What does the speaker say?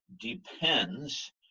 depends